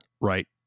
right